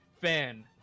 fan